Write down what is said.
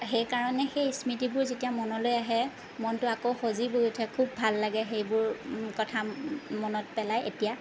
সেইকাৰণে সেই স্মৃতিবোৰ যেতিয়া মনলৈ আহে মনটো আকৌ সজীৱ হৈ উঠে খুব ভাল লাগে সেইবোৰ কথা মনত পেলাই এতিয়া